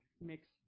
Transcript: mix